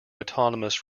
autonomous